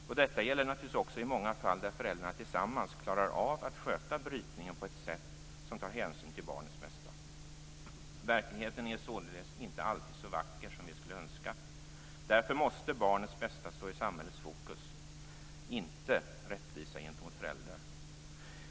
Detta gäller naturligtvis också i många fall där föräldrarna tillsammans klarar av att sköta brytningen på ett sätt som tar hänsyn till barnets bästa. Verkligheten är således inte alltid så vacker som vi skulle önska. Därför måste barnets bästa stå i samhällets fokus, inte rättvisa gentemot föräldrar.